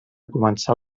començar